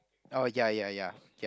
orh ya ya ya ya